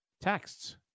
texts